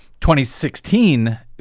2016